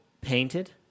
painted